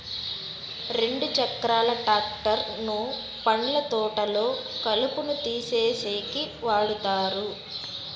రెండు చక్రాల ట్రాక్టర్ ను పండ్ల తోటల్లో కలుపును తీసేసేకి వాడతారు